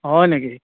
হয় নেকি